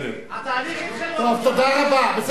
תודה רבה.